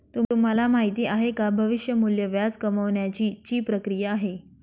तुम्हाला माहिती आहे का? भविष्य मूल्य व्याज कमावण्याची ची प्रक्रिया आहे